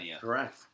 correct